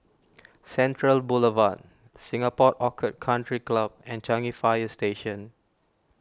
Central Boulevard Singapore Orchid Country Club and Changi Fire Station